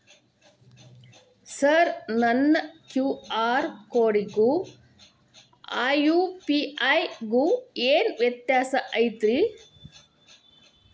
Sir ನನ್ನ QR ಕೊಡಿಗೂ ಆ ಯು.ಪಿ.ಐ ಗೂ ಏನ್ ವ್ಯತ್ಯಾಸ ಐತ್ರಿ?